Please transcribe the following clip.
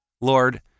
Lord